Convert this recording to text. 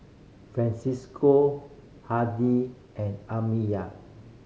Francisco Handy and Amiyah